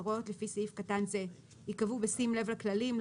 הוראות לפי סעיף קטן זה יקבעו בשים לב לכללים,